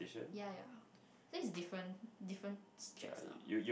ya ya I think is different different stress lah